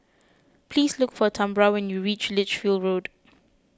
please look for Tambra when you reach Lichfield Road